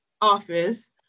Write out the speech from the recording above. office